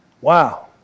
Wow